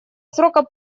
срока